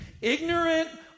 ignorant